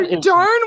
darn